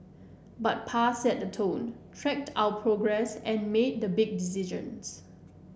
but Pa set the tone tracked our progress and made the big decisions